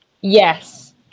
Yes